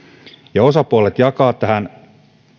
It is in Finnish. ja osapuolet jakavat tähän